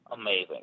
amazing